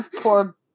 Poor